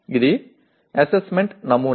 ఇది అసెస్మెంట్ నమూనా